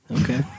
Okay